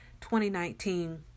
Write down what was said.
2019